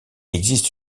existe